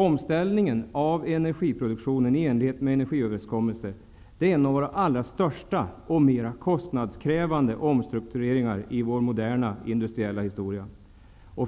Omställningen av energiproduktionen i enlighet med energiöverenskommelsen är en av de allra största och mest kostnadskrävande omstruktureringarna i vår moderna industriella historia.